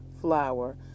flour